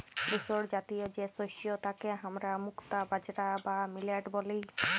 ধূসরজাতীয় যে শস্য তাকে হামরা মুক্তা বাজরা বা মিলেট ব্যলি